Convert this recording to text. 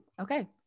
okay